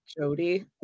Jody